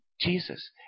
Jesus